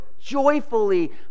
joyfully